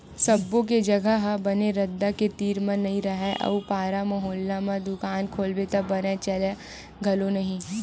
सब्बो के जघा ह बने रद्दा के तीर म नइ राहय अउ पारा मुहल्ला म दुकान खोलबे त बने चलय घलो नहि